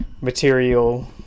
material